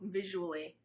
visually